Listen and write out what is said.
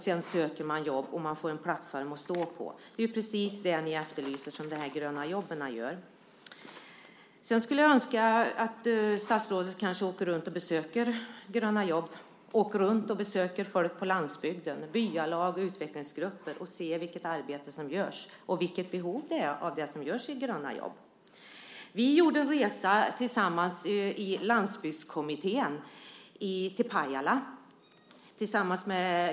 Sedan söker man jobb, och man får en plattform att stå på. Vad Gröna jobb gör är ju precis vad ni efterlyser. Jag skulle önska att statsrådet kunde åka runt och besöka Gröna jobb. Åk runt och besök folk på landsbygden, byalag och utvecklingsgrupper för att se vilket arbete som görs och vilket behov som finns av det som görs i Gröna jobb! Vi i Landsbygdskommittén gjorde en resa till Pajala.